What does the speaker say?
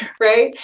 right?